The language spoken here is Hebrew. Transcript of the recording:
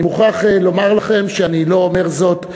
אני מוכרח לומר לכם שאני לא אומר זאת,